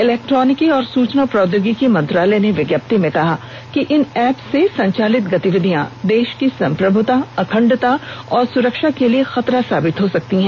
इलेक्ट्रॉनिकी और सूचना प्रौद्योगिकी मंत्रालय ने विज्ञप्ति में कहा कि इन ऐप से संचालित गतिविधियां देश की संप्रभुता अखंडता और सुरक्षा के लिए खतरा साबित हो सकती हैं